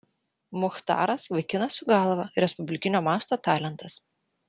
muchtaras vaikinas su galva respublikinio masto talentas